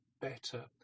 better